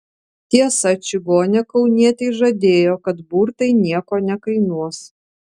tiesa čigonė kaunietei žadėjo kad burtai nieko nekainuos